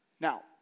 Now